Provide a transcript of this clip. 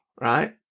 right